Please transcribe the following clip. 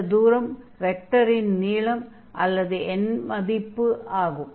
இந்த தூரம் வெக்டரின் நீளம் அல்லது எண்மதிப்பு ஆகும்